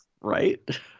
Right